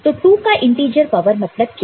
तो 2 का integer power मतलब क्या